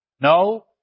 No